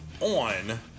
on